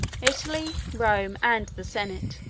italy, rome, and the senate,